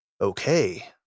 Okay